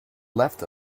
left